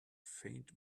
faint